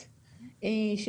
2ג(ב),